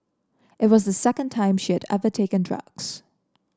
it was the second time she had ever taken drugs